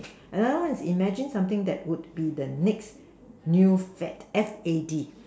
another one is imagine something that will be the next new fad F_A_D